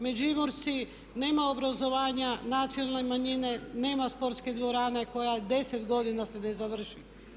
Međimurci nema obrazovanja, nacionalne manjine nema sportske dvorane koja 10 godina se ne završi.